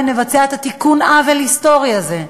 נבצע את תיקון העוול ההיסטורי הזה,